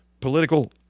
political